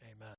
amen